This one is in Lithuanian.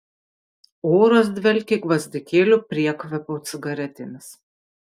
oras dvelkė gvazdikėlių priekvapio cigaretėmis